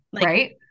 Right